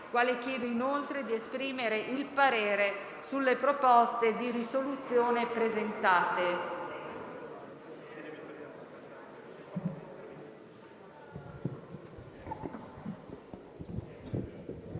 quale chiedo anche di esprimere il parere sulle proposte di risoluzione presentate.